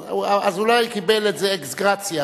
אבל אזולאי קיבל את זה אקסגרציה,